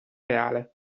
reale